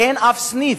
אין אף סניף,